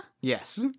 Yes